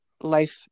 life